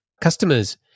customers